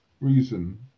reason